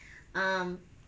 um